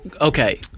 Okay